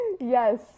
yes